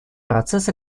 процесс